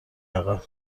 عقب